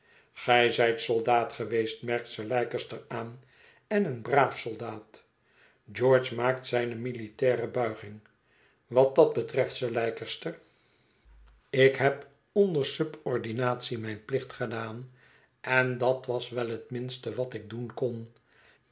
zijt soldaat geweest merkt sir leicester aan en een braaf soldaat george maakt zijne militaire buiging wat dat betreft sir leicester ik heb onder subordinatie mijn plicht gedaan en dat was wel het minste wat ik doen kon